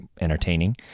entertaining